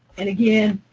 and, again,